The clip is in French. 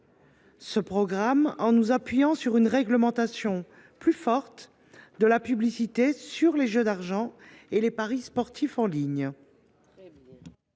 de parler en nous appuyant sur une réglementation plus stricte de la publicité sur les jeux d’argent et les paris sportifs en ligne.